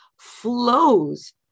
flows